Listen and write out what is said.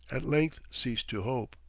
at length ceased to hope.